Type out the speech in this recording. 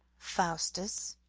faustus,